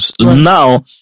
Now